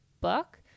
book